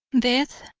death,